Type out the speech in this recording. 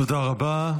תודה רבה.